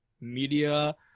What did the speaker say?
media